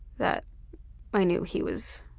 that i knew he was,